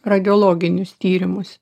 radiologinius tyrimus